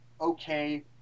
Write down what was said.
okay